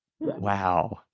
Wow